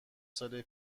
سال